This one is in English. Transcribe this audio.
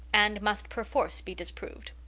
and must perforce be disapproved.